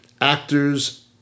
actors